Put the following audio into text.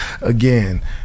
again